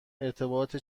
ارتباط